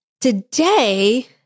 Today